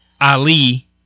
Ali